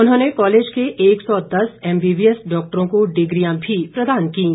उन्होंने कॉलेज के एक सौ दस एमबीबीएस डॉक्टरों को डिग्रियां भी प्रदान कीं